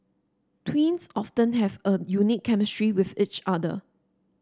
twins often have a unique chemistry with each other